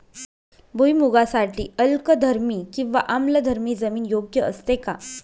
भुईमूगासाठी अल्कधर्मी किंवा आम्लधर्मी जमीन योग्य असते का?